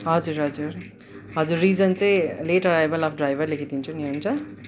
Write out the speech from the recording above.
हजुर हजुर हजुर रिजन चाहिँ लेट अराइभल अफ ड्राइभर लेखिदिन्छु नि हुन्छ